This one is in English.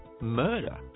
murder